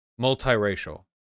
Multiracial